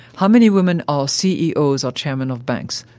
how many women are ceos or chairmen of banks?